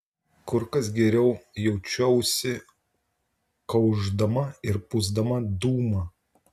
kur kas geriau jaučiausi kaušdama ir pūsdama dūmą